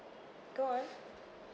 go on